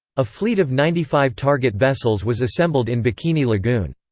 a fleet of ninety five target vessels was assembled in bikini lagoon.